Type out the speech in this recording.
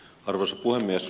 arvoisa puhemies